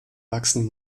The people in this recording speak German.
wachsen